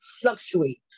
fluctuate